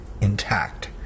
intact